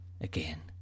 again